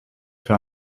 klar